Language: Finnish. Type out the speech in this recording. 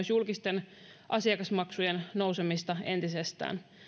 julkisten asiakasmaksujen nousemista entisestään